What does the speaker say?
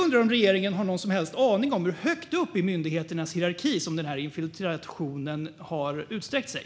Har regeringen någon som helst aning om hur högt upp i myndigheternas hierarki som denna infiltrationen har sträckt sig?